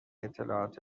اطلاعات